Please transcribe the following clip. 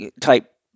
type